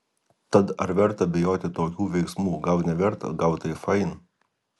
tad ar verta bijoti tokių veiksmų gal neverta gal tai fain